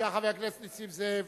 חבר הכנסת נסים זאב,